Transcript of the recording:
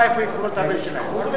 למשפחה איפה לקבור את הבן שלה.